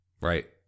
right